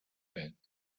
band